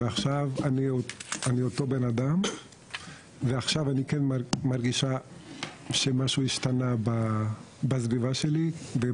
ועכשיו אני אותו בן אדם ועכשיו אני כן מרגישה שמשהו השתנה בסביבה שלי,